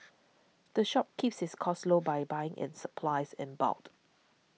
the shop keeps its costs low by buying its supplies in bulk